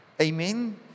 Amen